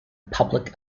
public